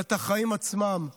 אלה את החיים עצמם.